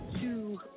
Two